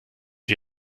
die